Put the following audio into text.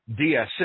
dsc